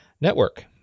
Network